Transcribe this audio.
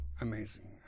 Amazing